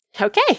Okay